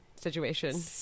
situation